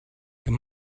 good